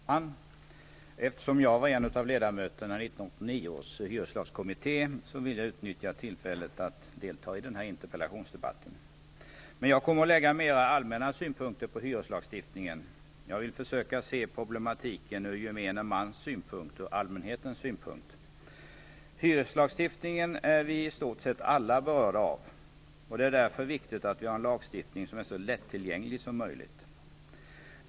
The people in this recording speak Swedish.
Herr talman! Eftersom jag var en av ledamöterna i 1989 års hyreslagskommitté, vill jag utnyttja tillfället att delta i den här interpellationsdebatten. Men jag kommer att lägga mer allmänna synpunkter på hyreslagstiftningen. Jag vill försöka se problematiken ur gemene mans och allmänhetens synpunkt. Hyreslagstiftningen är vi i stort sett alla berörda av. Det är därför viktigt att vi har en lagstiftning som är så lättillgänglig som möjligt.